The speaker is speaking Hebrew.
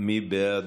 מי בעד?